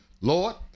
Lord